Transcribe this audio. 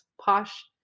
Posh